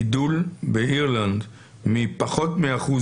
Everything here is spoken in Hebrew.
גידול באירלנד מפחות מ-1%